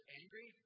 angry